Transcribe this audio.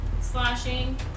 Slashing